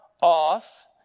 off